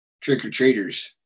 trick-or-treaters